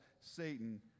Satan